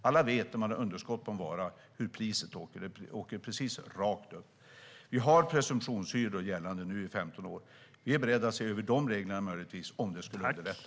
Alla vet att om man har underskott på en vara så åker priset precis rakt upp. Vi har presumtionshyror gällande nu i 15 år. Vi är beredda att möjligtvis se över de reglerna om det skulle underlätta.